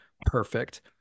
perfect